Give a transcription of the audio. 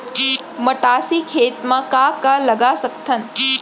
मटासी खेत म का का लगा सकथन?